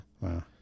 Wow